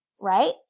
right